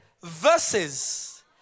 verses